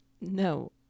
No